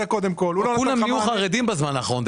כולם חרדים בזמן האחרון.